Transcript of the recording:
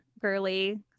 girly